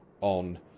On